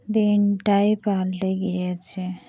দিনটাই পালটে গিয়েছে